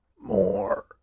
More